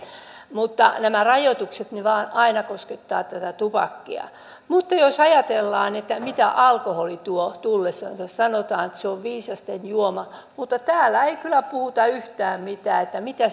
mutta nämä rajoitukset vain aina koskettavat tätä tupakkia mutta jos ajatellaan mitä alkoholi tuo tullessansa sanotaan että se on viisasten juoma mutta täällä ei kyllä puhuta yhtään mitään siitä mitä